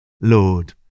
Lord